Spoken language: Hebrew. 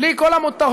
בלי כל המותרות,